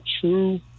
true